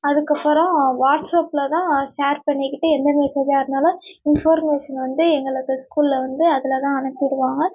அதுக்கப்புறோம் வாட்ஸ்அப்பில் தான் ஷேர் பண்ணிக்கிட்டு எந்த மெசேஜாக இருந்தாலும் இன்ஃபர்மேஷன் வந்து எங்களுக்கு ஸ்கூலில் வந்து அதில்தான் அனுப்பி விடுவாங்க